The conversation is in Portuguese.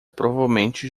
provavelmente